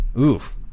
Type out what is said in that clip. Oof